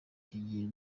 kigiye